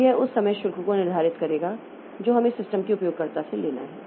तो यह उस समग्र शुल्क को निर्धारित करेगा जो हमें सिस्टम के उपयोगकर्ता से लेना है